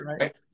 Right